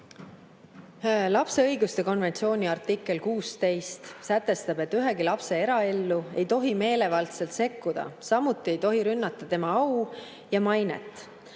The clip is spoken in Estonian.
Lapse õiguste konventsiooni artikkel 16 sätestab, et ühegi lapse eraellu ei tohi meelevaldselt sekkuda, samuti ei tohi rünnata tema au ja mainet.